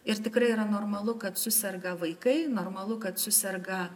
ir tikrai yra normalu kad suserga vaikai normalu kad suserga